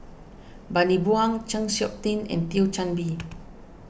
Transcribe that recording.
Bani Buang Chng Seok Tin and Thio Chan Bee